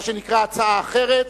מה שנקרא: הצעה אחרת,